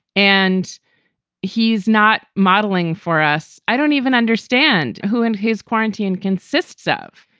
and he's not modeling for us i don't even understand who in his quarantine consists of.